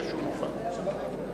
חוק העונשין (תיקון מס' 106),